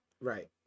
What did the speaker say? right